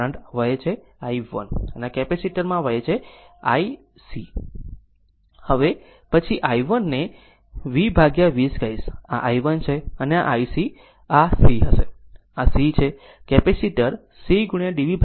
તેથી આ કરંટ કહે છે કે તે i 1 છે અને આ કેપેસીટર માં કહે છે કે તે i i c છે પછી i 1 ને v 20 કહીશ આ i 1 છે અનેi c આ c હશે આ c છે કેપેસીટર c dv dt